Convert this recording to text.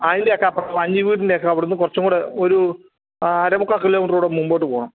അതിന്റെയൊക്കെ അപ്പുറം പന്നിയൂരിന്റെ ഒക്കെ അവിടുന്ന് കുറച്ചും കൂടെ ഒരൂ അര മുക്കാൽ കിലോമീറ്റർ കൂടെ മുമ്പോട്ട് പോകണം